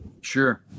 Sure